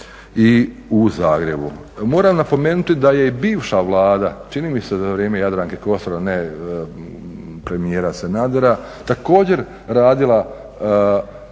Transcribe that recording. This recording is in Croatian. i u Zagrebu. Moram napomenuti da je i bivša Vlada, čini mi se za vrijeme Jadranke Kosor, a ne premijera Sanadera, također radila